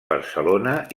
barcelona